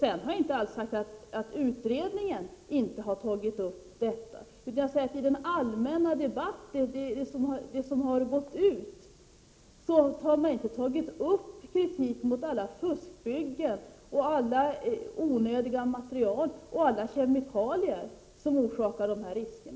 Vidare har jag inte alls sagt att utredningen inte har tagit upp detta, utan vad jag har sagt är att man i den allmänna debatten inte har berört den kritik som riktas mot alla fuskbyggen och alla onödiga material och kemikalier som medför risker.